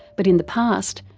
but in the past,